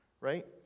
right